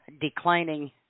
declining